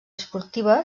esportiva